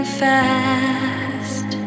fast